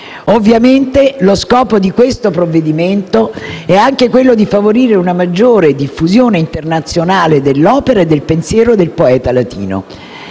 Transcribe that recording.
Ovviamente, lo scopo di questo provvedimento è anche quello di favorire una maggiore diffusione internazionale dell'opera e del pensiero del poeta latino.